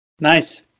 Nice